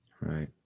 Right